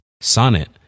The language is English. Sonnet